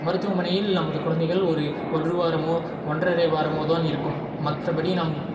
மருத்துவமனையில் நமது குழந்தைகள் ஒரு ஒரு வாரமோ ஒன்றரை வாரமோ தான் இருக்கும் மற்றபடி நம்